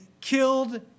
killed